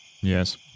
yes